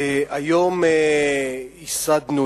היום ייסדנו,